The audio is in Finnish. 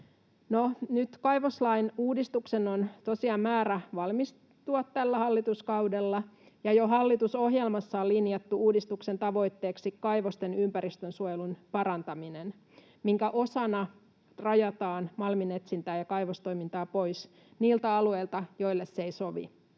kaivoslain uudistuksen on tosiaan määrä valmistua tällä hallituskaudella, ja jo hallitusohjelmassa on linjattu uudistuksen tavoitteeksi kaivosten ympäristönsuojelun parantaminen, minkä osana rajataan malminetsintää ja kaivostoimintaa pois niiltä alueilta, joille se ei sovi.